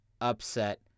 upset